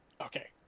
Okay